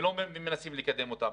ולא מנסים לקדם אותם.